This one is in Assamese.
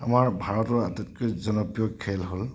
আমাৰ ভাৰতৰ আটাইতকৈ জনপ্ৰিয় খেল হ'ল